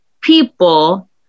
people